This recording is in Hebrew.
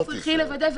אנחנו צריכים לוודא.